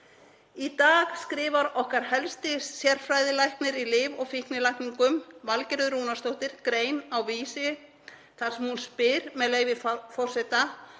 Í dag skrifar okkar helsti sérfræðilæknir í lyf- og fíknilækningum, Valgerður Rúnarsdóttir, grein á Vísi þar sem hún spyr, með leyfi forseta: